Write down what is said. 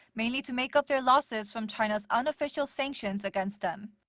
mainly to make up their losses from china's unofficial sanctions against them.